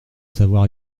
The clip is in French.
savoir